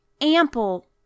ample